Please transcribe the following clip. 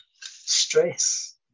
stress